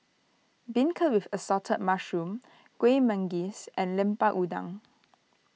Beancurd with Assorted Mushrooms Kueh Manggis and Lemper Udang